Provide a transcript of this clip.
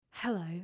Hello